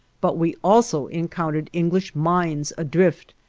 but we also encountered english mines adrift,